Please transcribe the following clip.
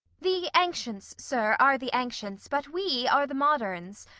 the ancients, sir, are the ancients but we are the moderns.